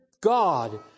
God